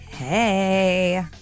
Hey